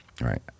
right